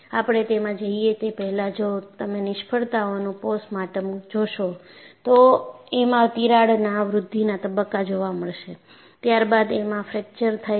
આપણે તેમાં જઈએ તે પહેલાં જો તમે નિષ્ફળતાઓનું પોસ્ટમોર્ટમ જોશો તો એમાં તિરાડના વૃદ્ધિના તબક્કા જોવા મળશે છે ત્યારબાદ એમાં ફ્રેકચર થાય છે